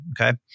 Okay